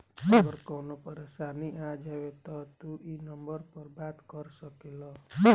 अगर कवनो परेशानी आ जाव त तू ई नम्बर पर बात कर सकेल